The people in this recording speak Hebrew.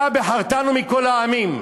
אתה בחרתנו מכל העמים.